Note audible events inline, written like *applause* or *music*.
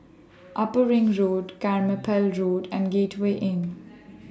Upper Ring Road *noise* Carpmael Road and Gateway Inn